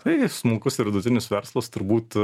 taigi smulkus ir vidutinis verslas turbūt